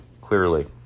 clearly